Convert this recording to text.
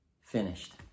finished